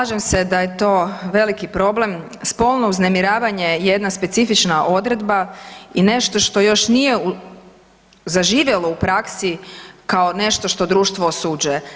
Slažem se da je to veliki problem, spolno uznemiravanje je jedna specifična odredba i nešto što još nije zaživjelo u praksi kao nešto što društvo osuđuje.